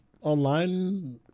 online